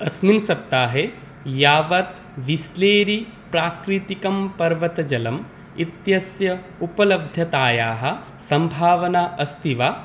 अस्मिन् सप्ताहे यावत् विस्लेरी प्राकृतिकं पर्वतजलम् इत्यस्य उपलब्धतायाः सम्भावना अस्ति वा